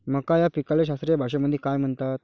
मका या पिकाले शास्त्रीय भाषेमंदी काय म्हणतात?